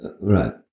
Right